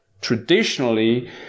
Traditionally